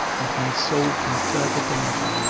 and my soul from further danger,